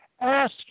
Ask